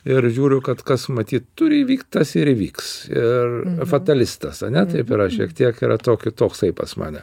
ir žiūriu kad kas matyt turi įvykt tas ir įvyks ir fatalistas ane taip yra šiek tiek yra tokių toksai pas mane